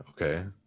okay